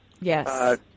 yes